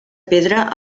pedra